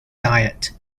diet